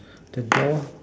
the doll